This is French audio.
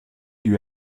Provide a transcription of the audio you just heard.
lui